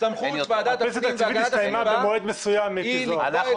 סמכות ועדת הפנים והגנת הסביבה היא לקבוע